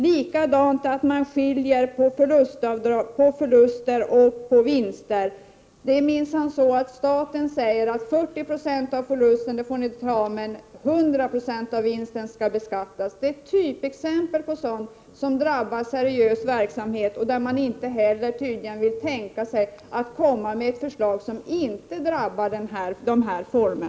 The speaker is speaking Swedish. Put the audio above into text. Detsamma gäller det förhållandet att man skiljer på förluster och vinster. Staten säger att 40 96 av förlusten får dras av, medan 100 9 av vinsten skall beskattas. Det är ett typexempel på sådant som drabbar seriös verksamhet och där man inte heller vill tänka sig att presentera ett förslag, som inte skulle drabba dessa verksamhetsformer.